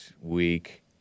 week